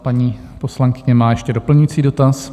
Paní poslankyně má ještě doplňující dotaz.